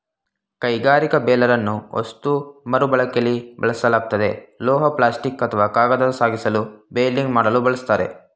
ಕೈಗಾರಿಕಾ ಬೇಲರನ್ನು ವಸ್ತು ಮರುಬಳಕೆಲಿ ಬಳಸಲಾಗ್ತದೆ ಲೋಹ ಪ್ಲಾಸ್ಟಿಕ್ ಅಥವಾ ಕಾಗದ ಸಾಗಿಸಲು ಬೇಲಿಂಗ್ ಮಾಡಲು ಬಳಸ್ತಾರೆ